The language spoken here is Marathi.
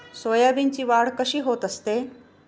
सोयाबीनची वाढ कशी होत असते?